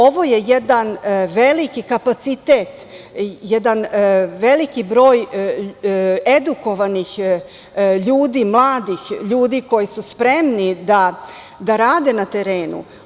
Ovo je jedan veliki kapacitet, jedan veliki broj edukovanih ljudi, mladih ljudi koji su spremni da rade na terenu.